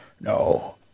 no